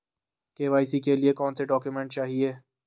KYC के लिए कौनसे डॉक्यूमेंट चाहिये?